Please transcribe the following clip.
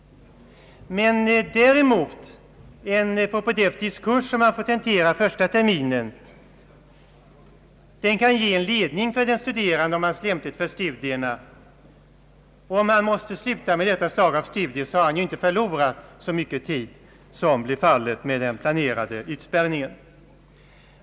Däremot kan en propedeutisk kurs, som man får tentera i den första terminen, ge en ledning för den studerande om hans lämplighet för studierna. Om han måste sluta med detta slag av studier, har han inte förlorat så mycket tid som blir fallet vid den planerade utspärrningen.